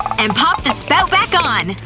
and pop the spout back on!